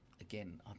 again